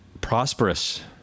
prosperous